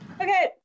Okay